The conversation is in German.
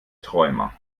träumer